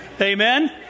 Amen